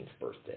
birthday